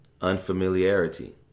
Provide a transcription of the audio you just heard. Unfamiliarity